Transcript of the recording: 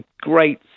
great